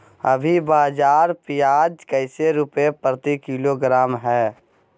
अभी बाजार प्याज कैसे रुपए प्रति किलोग्राम है?